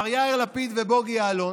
מר יאיר לפיד ובוגי יעלון,